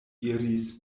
iris